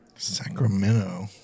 Sacramento